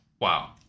Wow